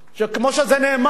וכמו שזה נאמר,